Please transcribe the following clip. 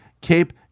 Cape